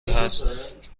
هست